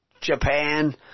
Japan